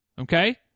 okay